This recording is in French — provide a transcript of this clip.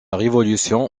révolution